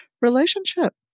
relationship